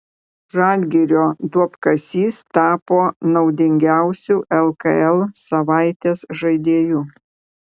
žalgirio duobkasys tapo naudingiausiu lkl savaitės žaidėju